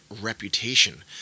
reputation